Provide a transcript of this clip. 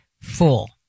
full